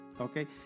okay